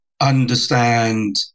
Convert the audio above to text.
understand